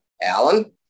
Alan